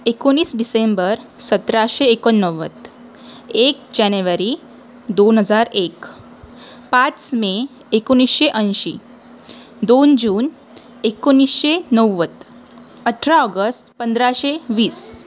एकोणीस डिसेंबर सतराशे एकोणनव्वद एक जॅनेवारी दोन हजार एक पाच मे एकोणीसशे ऐंशी दोन जून एकोणीसशे नव्वद अठरा ऑगस पंधराशे वीस